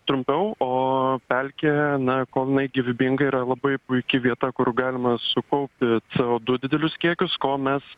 trumpiau o pelkė na kol jinai gyvybinga yra labai puiki vieta kur galima sukaupti c o du didelius kiekius ko mes